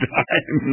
time